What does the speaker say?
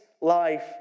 life